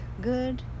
good